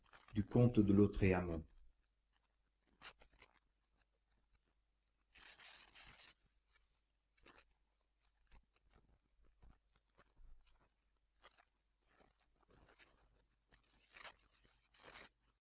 du comte de lautréamont